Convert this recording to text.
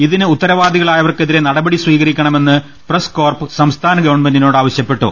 ഇതിന് ഉത്തരവാദികളായവർക്കെതിരെ നടപടി സ്വീകരിക്കണമെന്ന് പ്രസ് കോർപ് സംസ്ഥാന് ഗവൺമെന്റി നോടാവശ്യപ്പെട്ടു